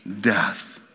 death